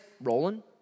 rolling